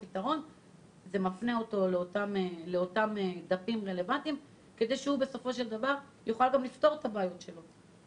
זה מפנה אותו לדפים הרלוונטיים כדי שהוא יוכל לפתור את הבעיות שלו.